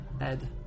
Ed